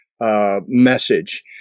message